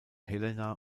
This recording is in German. helena